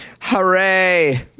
Hooray